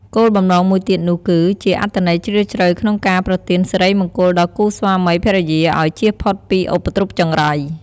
គោលបំណងមួយទៀតនោះគឺជាអត្ថន័យជ្រាលជ្រៅក្នុងការប្រទានសិរីមង្គលដល់គូស្វាមីភរិយាឲ្យចៀសផុតពីឧបទ្រពចង្រៃ។